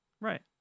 Right